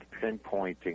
pinpointing